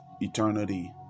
eternity